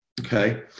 okay